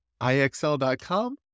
IXL.com